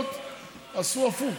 בעיריות עשו הפוך,